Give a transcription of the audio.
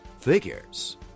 figures